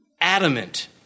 adamant